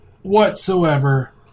whatsoever